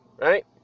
right